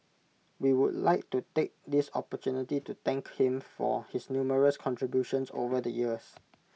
we would like to take this opportunity to thank him for his numerous contributions over the years